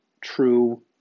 true